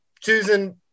Susan